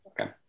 okay